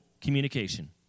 communication